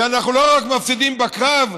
ואנחנו לא מפסידים רק בקרב,